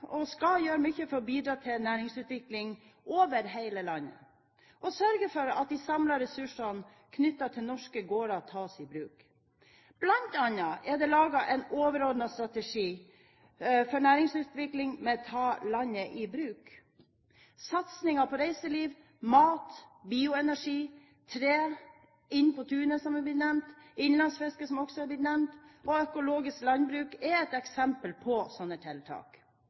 og skal gjøre mye, for å bidra til næringsutvikling over hele landet og sørger for at de samlede ressursene knyttet til norske gårder tas i bruk. Blant annet er det laget en overordnet strategi for næringsutvikling med navnet Ta landet i bruk!. Satsingen på reiseliv, mat, bioenergi, tre, Inn på tunet, som har blitt nevnt, innlandsfiske, som også har blitt nevnt, og økologisk landbruk er eksempel på tiltak.